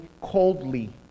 coldly